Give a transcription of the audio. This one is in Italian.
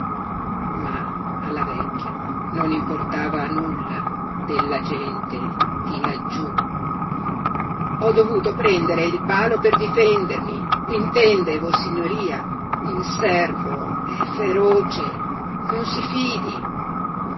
ma alla vecchia non importava nulla della gente di laggiú ho dovuto prendere il palo per difendermi intende vossignoria il servo è feroce non si fidi